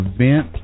Event